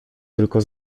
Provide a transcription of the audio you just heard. tylko